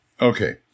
Okay